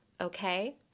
okay